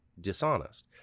dishonest